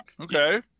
okay